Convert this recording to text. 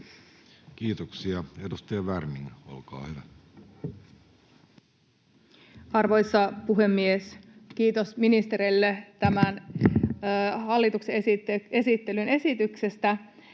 Kiitoksia. — Edustaja Werning, olkaa hyvä. Arvoisa puhemies! Kiitos ministerille tämän hallituksen esityksen esittelystä.